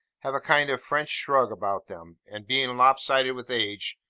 have a kind of french shrug about them and being lop-sided with age,